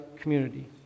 community